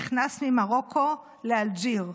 נכנס ממרוקו לאלג'יר,